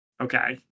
Okay